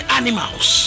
animals